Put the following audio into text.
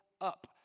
up